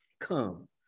come